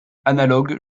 analogue